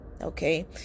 okay